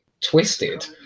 twisted